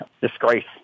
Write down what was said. disgrace